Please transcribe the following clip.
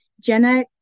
Jenna